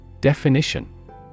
Definition